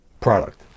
product